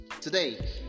Today